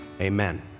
amen